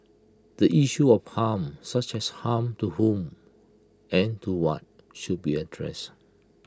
the issue of harm such as harm to whom and to what should be addressed